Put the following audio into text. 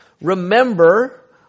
Remember